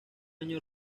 año